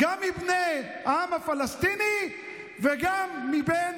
גם מבני העם הפלסטיני וגם מבין